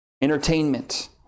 Entertainment